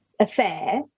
Affair